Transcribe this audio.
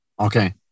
okay